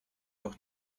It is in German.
doch